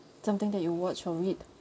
something that you watch or read